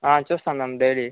చూస్తాను ma'am daily